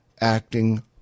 acting